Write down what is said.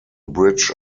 bridge